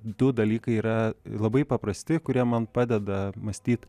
du dalykai yra labai paprasti kurie man padeda mąstyt